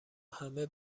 همه